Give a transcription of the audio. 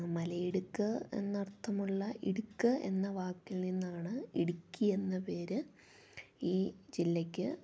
മലയിടുക്ക് എന്നർഥമുള്ള ഇടുക്ക് എന്ന വാക്കിൽ നിന്നാണ് ഇടുക്കി എന്ന പേര് ഈ ജില്ലയ്ക്ക്